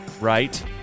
right